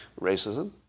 racism